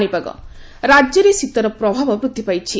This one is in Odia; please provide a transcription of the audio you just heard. ପାଣିପାଗ ରାଜ୍ୟରେ ଶୀତର ପ୍ରଭାବ ବୃଦ୍ଧି ପାଇଛି